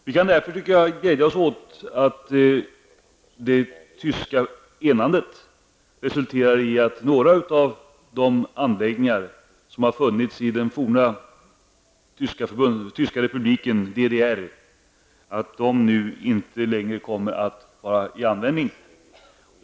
Vi kan därför glädja oss åt att det tyska enandet resulterar i att några av de anläggningar som finns i den forna tyska republiken DDR, nu inte längre kommer att vara i användning.